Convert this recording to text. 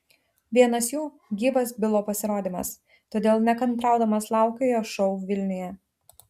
vienas jų gyvas bilo pasirodymas todėl nekantraudamas laukiu jo šou vilniuje